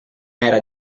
era